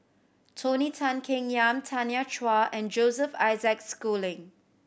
Tony Tan Keng Yam Tanya Chua and Joseph Isaac Schooling